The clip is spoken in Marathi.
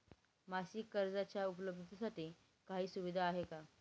मासिक कर्जाच्या उपलब्धतेसाठी काही सुविधा आहे का?